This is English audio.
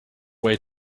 way